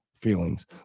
feelings